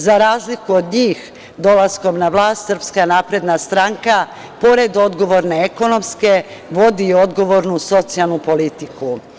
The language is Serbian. Za razliku od njih, dolaskom na vlast SNS, pored odgovorne ekonomske, vodi i odgovornu socijalnu politiku.